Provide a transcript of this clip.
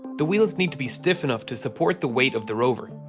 the wheels need to be stiff enough to support the weight of the rover,